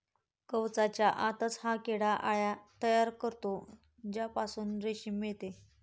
कवचाच्या आतच हा किडा अळ्या तयार करतो ज्यापासून रेशीम मिळते